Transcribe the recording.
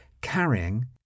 carrying